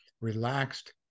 relaxed